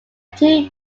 two